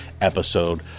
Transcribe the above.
episode